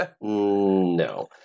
No